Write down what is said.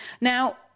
Now